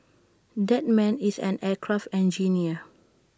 that man is an aircraft engineer